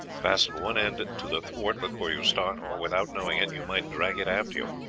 fasten one end to the thwart before you start, or, without knowing it, you might drag it after you.